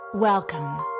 Welcome